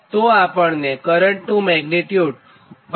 તો આપણને કરંટનું મેગ્નીટ્યુડ 551